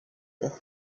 wird